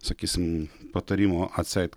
sakysim patarimo atseit